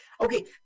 Okay